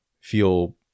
feel